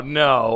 no